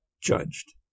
judged